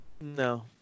no